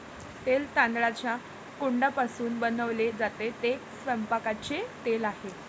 तेल तांदळाच्या कोंडापासून बनवले जाते, ते स्वयंपाकाचे तेल आहे